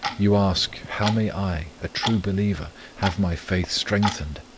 you ask, how may i, a true believer, have my faith strengthened?